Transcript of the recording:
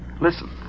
Listen